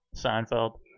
Seinfeld